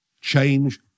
Change